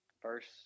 first